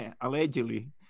allegedly